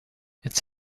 its